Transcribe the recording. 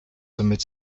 somit